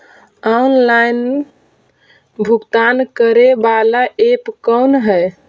Online भुगतान करे बाला ऐप कौन है?